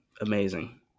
amazing